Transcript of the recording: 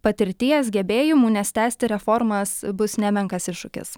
patirties gebėjimų nes tęsti reformas bus nemenkas iššūkis